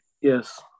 yes